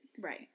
Right